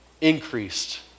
increased